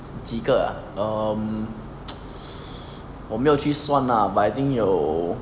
几个 ah um 我没有去算啦 but I think 有